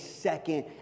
second